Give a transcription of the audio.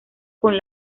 con